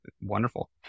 wonderful